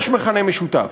יש מכנה משותף,